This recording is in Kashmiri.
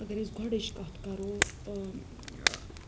اگر أسۍ گۄڈٕچ کَتھ کَرو